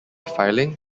filing